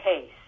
case